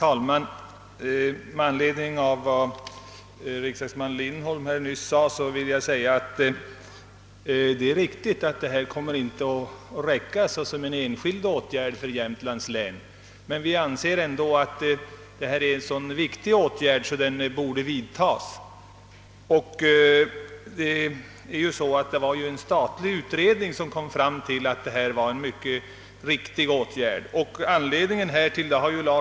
Herr talman! Det är riktigt, herr Lindholm, att enbart detta bidrag inte kommer att räcka för att klara näringslivsproblemen i Jämtlands län. Vi anser emellertid att detta stöd har så stor betydelse att det bör ges. Jag vill dessutom påminna om att det var en statlig utredning som fann det angeläget att denna åtgärd vidtogs.